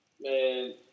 Man